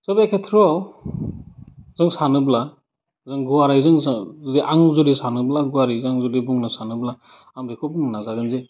स' बे खेथ्रआव जों सानोब्ला जों गुवारै जोंजों आं जुदि सानोब्ला गुवारै आं जुदि बुंनो सानोब्ला आं बेखौ बुंनो नाजागोन जे